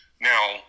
Now